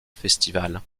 festival